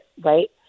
right